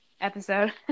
episode